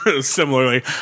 similarly